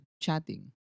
chatting